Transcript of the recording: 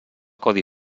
codi